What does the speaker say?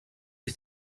you